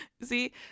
See